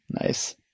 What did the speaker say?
nice